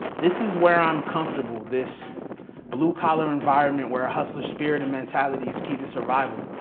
this is where i'm comfortable, this blue-collar environment where a hustler spirit and mentality is key to survival.